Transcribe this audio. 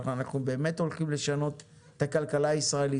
הכול אותנטי,